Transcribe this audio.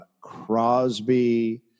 Crosby